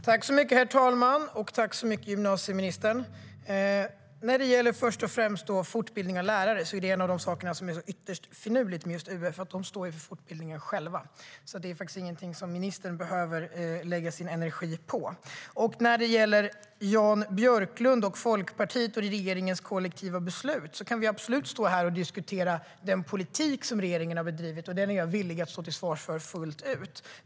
Herr talman! Tack så mycket, gymnasieministern! När det först och främst gäller fortbildning av lärare är en av de saker som är så ytterst finurliga med UF att de själva står för fortbildningen, så det är ingenting som ministern behöver lägga sin energi på. När det gäller Jan Björklund, Folkpartiet och regeringens kollektiva beslut kan vi absolut stå här och diskutera den politik som regeringen har bedrivit, och den är jag villig att stå till svars för fullt ut.